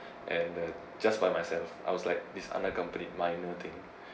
and the just by myself I was like this unaccompanied minor thing